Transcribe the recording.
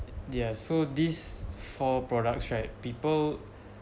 ya so these four products right people